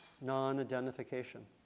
non-identification